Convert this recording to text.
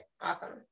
awesome